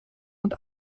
und